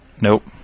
Nope